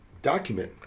document